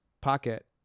pocket